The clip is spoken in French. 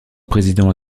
président